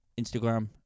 Instagram